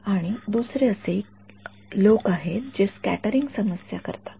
आणि दुसरे असे लोक आहेत जे स्क्याटेरिंग समस्या करतात